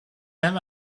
même